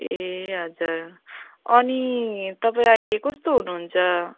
ए हजुर अनि तपाईँ अहिले कस्तो हुनुहुन्छ